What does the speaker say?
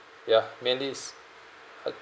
ya mainly is great